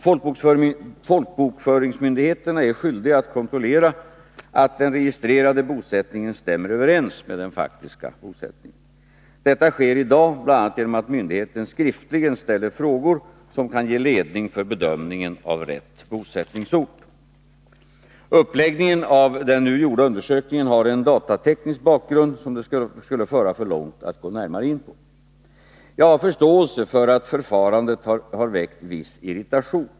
Folkbokföringsmyndigheterna är skyldiga att kontrollera att den registrerade bosättningen stämmer överens med den faktiska bosättningen. Detta sker i dag bl.a. genom att myndigheten skriftligen ställer frågor, som kan ge ledning för bedömningen av rätt bosättningsort. Uppläggningen av den nu gjorda undersökningen har en datateknisk bakgrund, som det skulle föra för långt att gå närmare in på. Jag har förståelse för att förfarandet har väckt viss irritation.